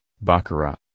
Baccarat